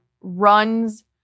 runs